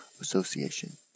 Association